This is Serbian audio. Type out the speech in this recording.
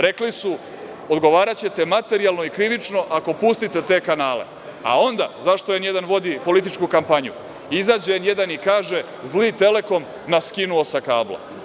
Rekli su - odgovaraćete materijalno i krivično ako pustite te kanale, a onda, zašto „N1“ vodi političku kampanju, izađe N1 i kaže - zli „Telekom“ nas skinuo sa kabla.